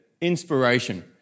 inspiration